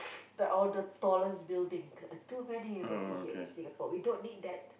the all the tallest building too many already here in Singapore we don't need that